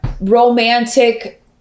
romantic